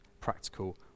practical